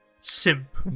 simp